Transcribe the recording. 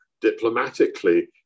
diplomatically